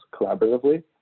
collaboratively